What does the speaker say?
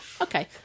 Okay